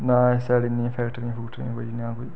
ना इस साइड इन्नियां फैक्टरियां फुक्टरियां कोई ना कोई